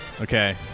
Okay